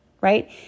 right